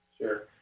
Sure